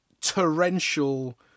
torrential